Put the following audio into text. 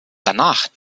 danach